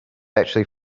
actually